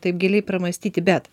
taip giliai pramąstyti bet